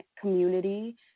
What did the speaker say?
community